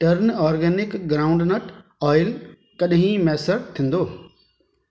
turn organic groundnut oil कॾहिं मुयसरु थींदो